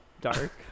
Dark